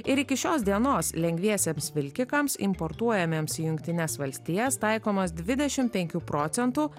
ir iki šios dienos lengviesiems vilkikams importuojamiems į jungtines valstijas taikomas dvidešimt penkių procentų